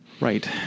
Right